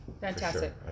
Fantastic